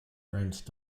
france